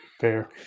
Fair